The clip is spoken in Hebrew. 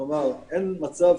כלומר, אין מצב